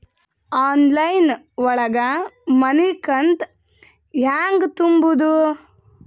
Online ಒಳಗ ಮನಿಕಂತ ಹ್ಯಾಂಗ ತುಂಬುದು?